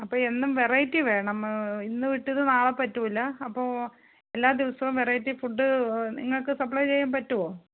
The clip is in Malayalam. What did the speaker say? അപ്പം എന്നും വെറൈറ്റി വേണം ഇന്ന് വിറ്റത് നാളെ പറ്റില്ല അപ്പോൾ എല്ലാ ദിവസവും വെറൈറ്റി ഫുഡ് നിങ്ങൾക്ക് സപ്ലൈ ചെയ്യാൻ പറ്റുമോ